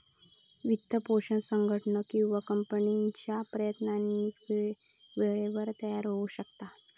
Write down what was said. वित्तपोषण संघटन किंवा कंपनीच्या प्रयत्नांनी वेळेवर तयार होऊ शकता